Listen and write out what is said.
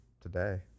today